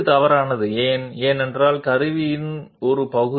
కాబట్టి cutter position surface మరియు cutter contact పాయింట్కు టాంజెన్షియల్గా ఉండాలి